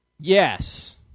yes